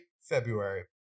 February